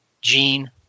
Gene